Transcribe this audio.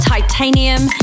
Titanium